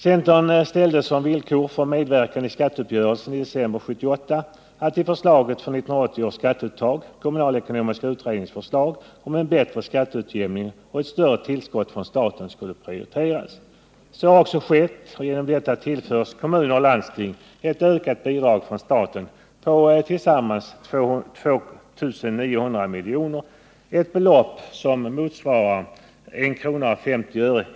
Centern ställde som villkor för medverkan i skatteuppgörelsen i december 1978 att i förslaget för 1980 års skatteuttag kommunalekonomiska utredningens förslag om en bättre skatteutjämning och ett större tillskott från staten skulle prioriteras. Så har också skett, och genom detta tillförs kommuner och landsting ett ökat bidrag från staten på tillsammans 2 900 milj.kr., ett belopp som motsvarar 1:50 kr.